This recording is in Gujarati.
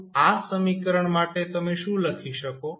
તો આ સમીકરણ માટે તમે શું લખી શકો